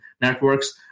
networks